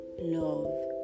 love